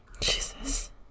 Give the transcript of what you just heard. Jesus